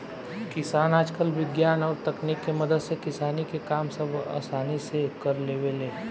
किसान आजकल विज्ञान और तकनीक के मदद से किसानी के काम सब असानी से कर लेवेले